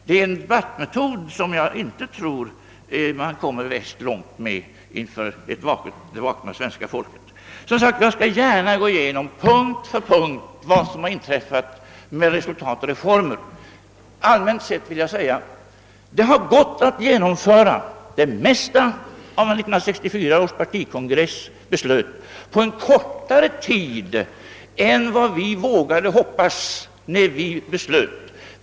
Det är en debattmetod som jag tror att man inte kommer värst långt med inför det vakna svenska folket. Jag skall som sagt gärna punkt för punkt gå igenom vad som inträffat med programmet Resultat och reformer. Rent allmänt vill jag säga att det varit möjligt att genomföra det mesta av vad 1964 års partikongress beslöt på kortare tid än vi vågade hoppas då vi fattade besluten.